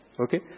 Okay